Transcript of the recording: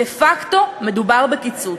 דה פקטו מדובר בקיצוץ.